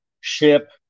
ship